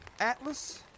Atlas